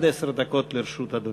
עד עשר דקות לרשות אדוני.